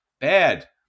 Bad